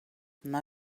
now